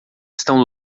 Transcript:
estão